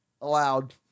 Allowed